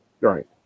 Right